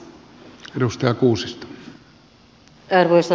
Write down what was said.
arvoisa puhemies